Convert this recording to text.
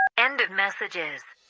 end of messages